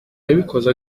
yabikoze